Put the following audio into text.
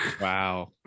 Wow